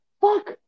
fuck